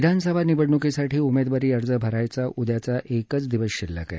विधानसभा निवडणुकीसाठी उमेदवारी अर्ज भरायला उद्याचा एकच दिवस शिल्लक आहे